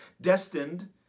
destined